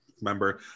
remember